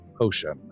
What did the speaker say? potion